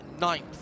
Ninth